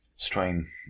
Strain